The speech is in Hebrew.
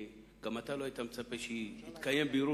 וגם אתה לא היית מצפה שיתקיים בירור